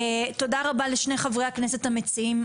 תודה רבה לשני חברי הכנסת המציעים,